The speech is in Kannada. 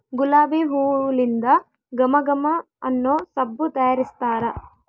ಗುಲಾಬಿ ಹೂಲಿಂದ ಘಮ ಘಮ ಅನ್ನೊ ಸಬ್ಬು ತಯಾರಿಸ್ತಾರ